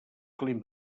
clima